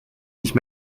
nicht